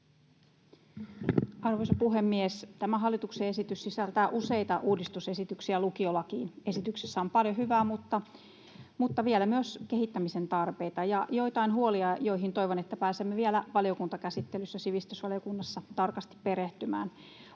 Arvoisa puhemies! Tämä hallituksen esitys sisältää useita uudistusesityksiä lukiolakiin. Esityksessä on paljon hyvää, mutta vielä myös kehittämisen tarpeita ja joitain huolia, joihin toivon, että pääsemme vielä valiokuntakäsittelyssä sivistysvaliokunnassa tarkasti perehtymään.